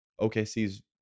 OKC's